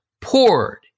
poured